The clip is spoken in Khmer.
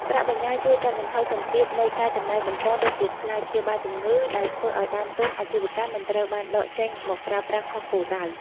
ប្រាក់បញ្ញើជួយកាត់បន្ថយសម្ពាធនៃ "ការចំណាយបន្ទាន់" ដូចជាថ្លៃព្យាបាលជំងឺ ដែលធ្វើឱ្យដើមទុនអាជីវកម្មមិនត្រូវបានដកចេញមកប្រើប្រាស់ខុសគោលដៅ។